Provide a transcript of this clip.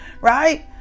right